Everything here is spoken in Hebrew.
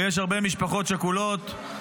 ויש הרבה משפחות שכולות,